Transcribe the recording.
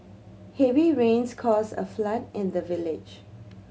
heavy rains caused a flood in the village